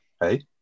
hey